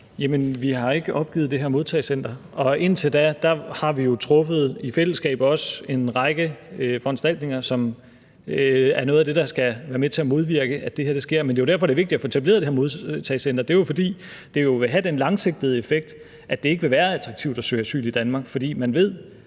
Vi har ikke opgivet det her modtagecenter, og indtil da har vi jo i fællesskab truffet en række foranstaltninger, som er noget af det, der skal være med til at modvirke, at det her sker. Det er jo derfor, at det er vigtigt at få etableret det her modtagecenter. Det er jo, fordi det vil have den langsigtede effekt, at det ikke vil være attraktivt at søge asyl i Danmark, fordi man på